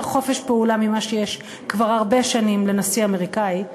חופש פעולה ממה שיש כבר הרבה שנים לנשיא אמריקני,